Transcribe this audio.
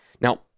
Now